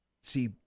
see